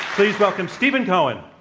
please welcome steve and cohen.